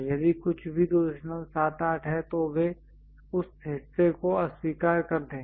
यदि कुछ भी 278 है तो वे उस हिस्से को अस्वीकार कर देंगे